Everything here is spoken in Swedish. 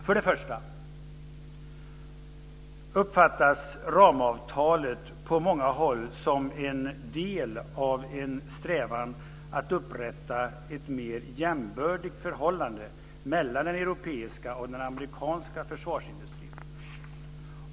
För det första uppfattas ramavtalet på många håll som en del av en strävan att upprätta ett mer jämbördigt förhållande mellan den europeiska och den amerikanska försvarsindustrin.